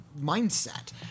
mindset